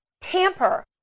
tamper